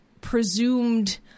presumed